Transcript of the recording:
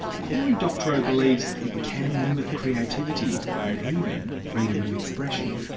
cory doctorow believes it can limit creativity and even freedom of expression.